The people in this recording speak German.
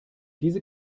diese